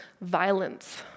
violence